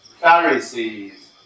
Pharisees